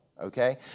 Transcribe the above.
Okay